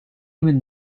even